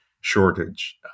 shortage